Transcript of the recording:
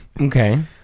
Okay